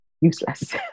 useless